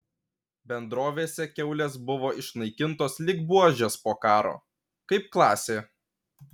bendrovėse kiaulės buvo išnaikintos lyg buožės po karo kaip klasė